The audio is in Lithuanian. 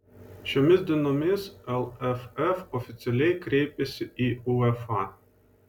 šiomis dienomis lff oficialiai kreipėsi į uefa